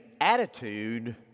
attitude